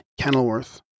Kenilworth